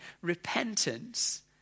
repentance